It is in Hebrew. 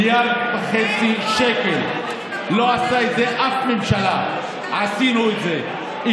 1.8, זה לא בבסיס התקציב, זה